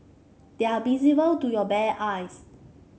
they are visible to your bare eyes